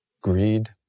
greed